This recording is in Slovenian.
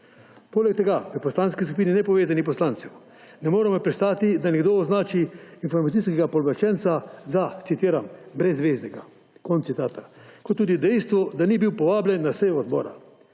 Poleg tega v Poslanski skupini nepovezanih poslancev ne moremo pristati, da nekdo označi Informacijskega pooblaščenca za ‒ citiram ‒ »brezveznika«, kot tudi dejstvo, da ni bil povabljen na sejo odbora.